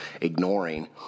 ignoring